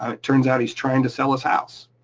ah it turns out he's trying to sell his house.